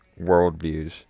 worldviews